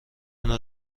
نوع